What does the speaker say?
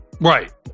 right